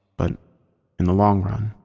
but in the long run,